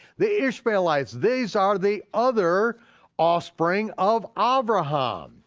the ishmeelites, these are the other offspring of um abraham.